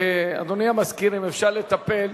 אדוני המזכיר, אם אפשר לטפל.